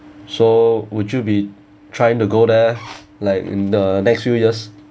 so would you be trying to go there like in the next few years